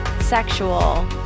sexual